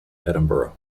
edinburgh